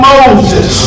Moses